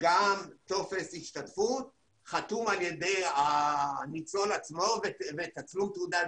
גם טופס השתתפות חתום על ידי הניצול עצמו ותצלום תעודת